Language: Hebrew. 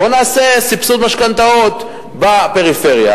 בוא נעשה סבסוד משכנתאות בפריפריה,